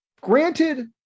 granted